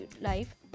life